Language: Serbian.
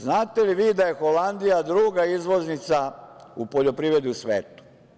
Znate li vi da je Holandija druga izvoznica u poljoprivredi u svetu?